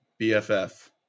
BFF